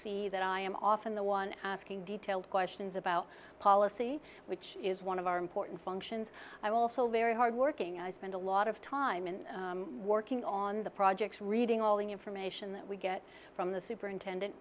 see that i am often the one asking detailed questions about policy which is one of our important functions i'm also very hard working i spend a lot of time in working on the projects reading all the information that we get from the superintendent